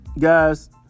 guys